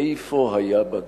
איפה היה בג"ץ?